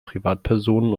privatpersonen